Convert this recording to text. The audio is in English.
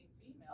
female